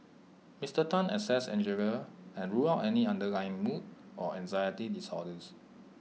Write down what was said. Mister Tan assessed Angeline and ruled out any underlying mood or anxiety disorders